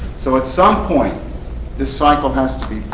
so at some point this cycle has to be,